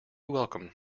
welcome